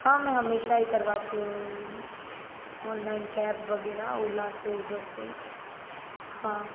हाँ मैं हमेशा ही करवाती हूँ ओनलाइन कैब वगैरह ओला से ऊबर से हाँ